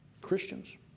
Christians